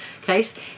case